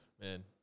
Man